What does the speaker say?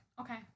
Okay